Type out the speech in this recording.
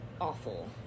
awful